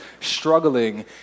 struggling